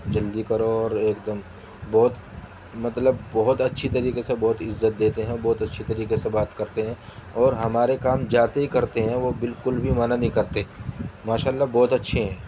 جلدی کرو اور ایک دم بہت مطلب بہت اچھی طریقے سے بہت عزت دیتے ہیں اور بہت اچھی طریقے سے بات کرتے ہیں اور ہمارے کام جاتے ہی کرتے ہیں وہ بالکل بھی منع نہیں کرتے ماشا اللہ بہت اچھے ہیں